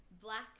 Black